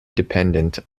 dependent